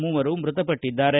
ಮೂವರು ಮೃತಪಟ್ಟದ್ದಾರೆ